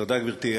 תודה, גברתי.